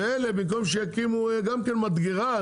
ואלה במקום שיקימו גם כן מדגרה,